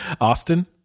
Austin